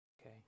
Okay